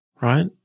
right